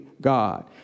God